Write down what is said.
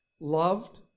loved